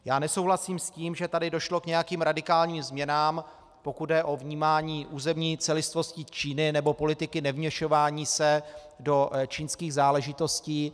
Já nesouhlasím s tím, že tady došlo k nějakým radikálním změnám, pokud jde o vnímání územní celistvosti Číny nebo politiky nevměšování se do čínských záležitostí.